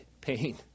pain